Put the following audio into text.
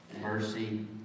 mercy